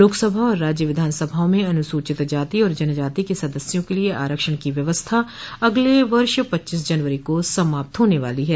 लोकसभा और राज्य विधान सभाओं में अनुसूचित जाति और जनजाति के सदस्यों के लिए आरक्षण की व्यवस्था अगले वर्ष पच्चीस जनवरी को समाप्त होने वाली है